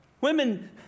Women